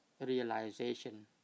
realization